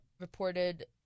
reported